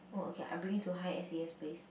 oh okay I bring you to high s_e_s place